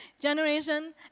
Generation